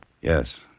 Yes